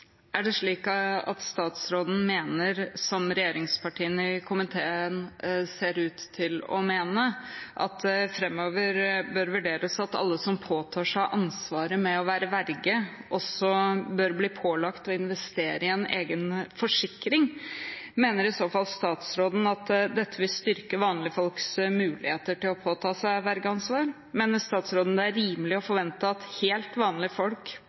Er det slik at statsråden mener, som regjeringspartiene i komiteen ser ut til å mene, at det framover bør vurderes om alle som påtar seg ansvar med å være verge, også bør bli pålagt å investere i en egen forsikring? Mener i så fall statsråden at dette vil styrke vanlige folks mulighet til å påta seg vergeansvar? Mener statsråden det er rimelig å forvente at helt vanlige folk